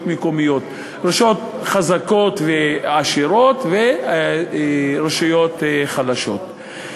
מקומיות: רשויות חזקות ועשירות ורשויות חלשות.